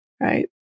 Right